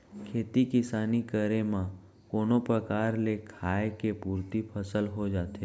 खेती किसानी करे म कोनो परकार ले खाय के पुरती फसल हो जाथे